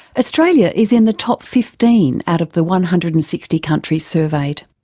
australia is in the top fifteen out of the one hundred and sixty countries surveyed.